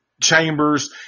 Chambers